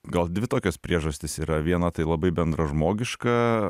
gal dvi tokios priežastys yra viena tai labai bendražmogiška